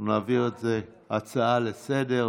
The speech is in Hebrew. נעביר את זה כהצעה לסדר-היום.